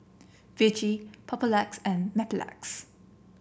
Vichy Papulex and Mepilex